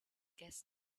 guess